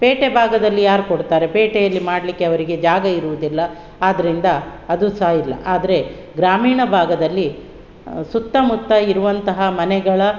ಪೇಟೆ ಭಾಗದಲ್ಲಿ ಯಾರು ಕೊಡ್ತಾರೆ ಪೇಟೆಯಲ್ಲಿ ಮಾಡಲಿಕ್ಕೆ ಅವರಿಗೆ ಜಾಗ ಇರುವುದಿಲ್ಲ ಆದ್ದರಿಂದ ಅದು ಸಹ ಇಲ್ಲ ಆದರೆ ಗ್ರಾಮೀಣ ಭಾಗದಲ್ಲಿ ಸುತ್ತಮುತ್ತ ಇರುವಂತಹ ಮನೆಗಳ